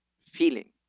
feeling